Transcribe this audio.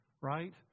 right